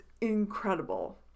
incredible